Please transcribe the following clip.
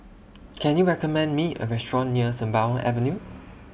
Can YOU recommend Me A Restaurant near Sembawang Avenue